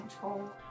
control